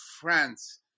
France